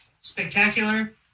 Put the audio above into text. Spectacular